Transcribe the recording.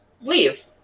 leave